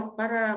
para